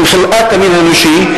הם חלאת המין האנושי.